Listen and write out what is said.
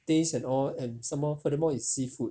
taste and all and some more furthermore is seafood